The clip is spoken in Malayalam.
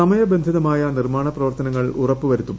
സമയബന്ധിതമായ നിർമാ ണപ്രവർത്തനങ്ങൾ ഉറപ്പു വരുത്തും